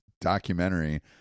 documentary